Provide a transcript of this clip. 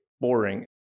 boring